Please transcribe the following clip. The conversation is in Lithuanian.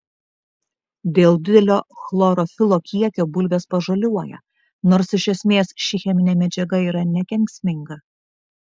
dėl didelio chlorofilo kiekio bulvės pažaliuoja nors iš esmės ši cheminė medžiaga yra nekenksminga